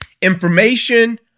Information